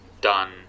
done